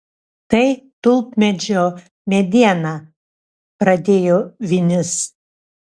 tai tulpmedžio mediena pradėjo vinis